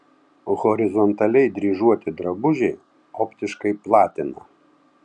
horizontaliai dryžuoti drabužiai optiškai platina